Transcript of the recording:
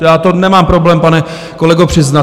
Já to nemám problém, pane kolego, přiznat.